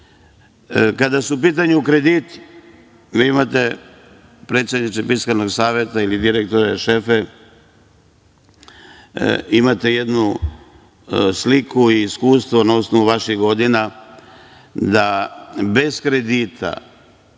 su u pitanju krediti, vi imate, predsedniče Fiskalnog saveta, ili direktore, šefe, imate jednu sliku i iskustvo na osnovu vaših godina, da bez kredita